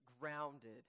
grounded